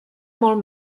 molt